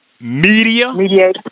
media